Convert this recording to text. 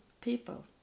people